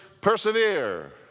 Persevere